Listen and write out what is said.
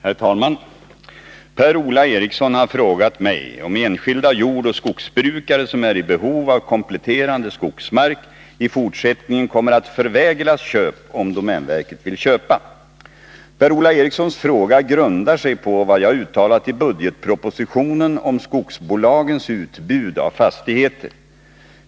Herr talman! Per-Ola Eriksson har frågat mig om enskilda jordoch skogsbrukare som är i behov av kompletterande skogsmark i fortsättningen kommer att förvägras köp om domänverket vill köpa. Per-Ola Erikssons fråga grundar sig på vad jag uttalat i budgetpropositionen om skogsbolagens utbud av fastigheter.